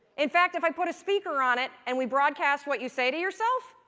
in fact, if i put a speaker on it and we broadcast what you say to yourself,